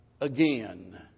Again